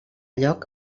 lloc